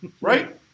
right